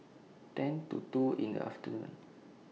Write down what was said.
ten to two in The afternoon